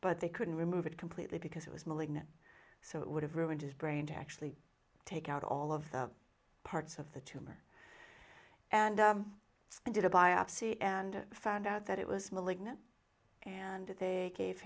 but they couldn't remove it completely because it was malignant so it would have ruined his brain to actually take out all of the parts of the tumor and did a biopsy and found out that it was malignant and that they gave